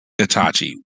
Itachi